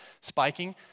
spiking